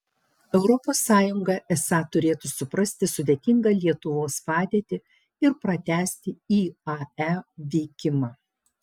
europos sąjunga esą turėtų suprasti sudėtingą lietuvos padėtį ir pratęsti iae veikimą